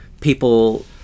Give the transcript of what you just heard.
people